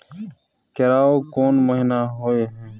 केराव कोन महीना होय हय?